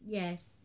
yes